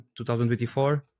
2024